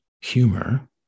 humor